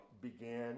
began